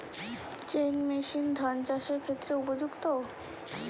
Chain machine ধান চাষের ক্ষেত্রে উপযুক্ত?